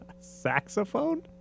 Saxophone